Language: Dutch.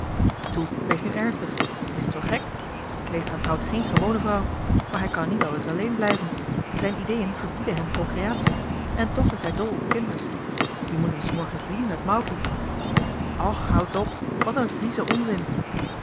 toe wees nu ernstig is het zoo gek kleestra trouwt geen gewone vrouw maar hij kan niet altijd alleen blijven zijn ideeën verbieden hem procreatie en toch is hij dol op kinders je moet hem s morgens zien met maukie och houd op wat een vieze onzin